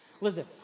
Listen